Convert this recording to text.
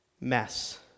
mess